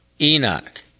Enoch